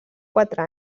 quatre